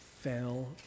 fell